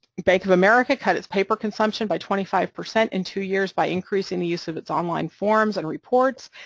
bank of america cut its paper consumption by twenty five percent in two years by increasing the use of its online forms and reports,